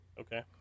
Okay